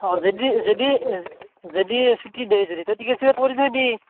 অঁ যেদি যেদি যেদি ছুটী দেই যেদি তই টিকেট চিকেট কৰি থৈ দি